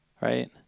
right